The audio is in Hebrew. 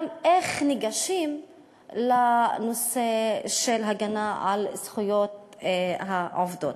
גם איך ניגשים לנושא של הגנה על זכויות העובדות.